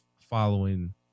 following